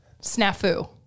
Snafu